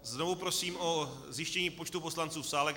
Znovu prosím o zjištění počtu poslanců v sále.